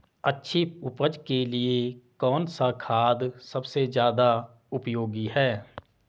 अच्छी उपज के लिए कौन सा खाद सबसे ज़्यादा उपयोगी है?